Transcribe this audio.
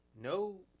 No